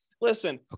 Listen